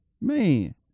Man